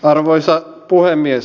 arvoisa puhemies